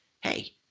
hey